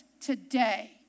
today